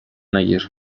نگیر